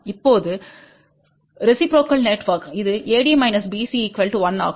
இப்போது ரெசிப்ரோக்கல் நெட்வொர்க்கிற்கு இதுAD BC 1 ஆகும்